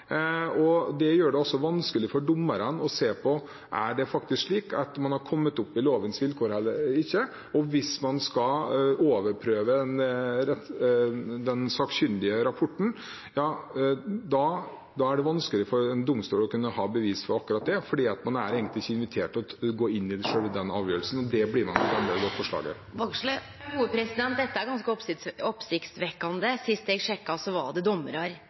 og det gjør det vanskelig for dommerne å se på om det faktisk er slik at man har oppfylt lovens vilkår eller ikke, og hvis man skal overprøve sakkyndigrapporten, er det vanskelig for en domstol å kunne ha bevis for akkurat det, for man er egentlig ikke invitert til å gå inn i den avgjørelsen. Det blir man når … Dette er ganske oppsiktsvekkjande. Sist eg sjekka, var det